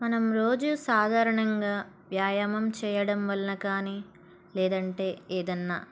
మనం రోజు సాధారణంగా వ్యాయామం చేయడం వలన కానీ లేదంటే ఏదైనా